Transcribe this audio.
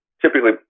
typically